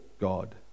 God